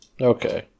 Okay